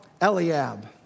Eliab